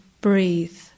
breathe